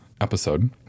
episode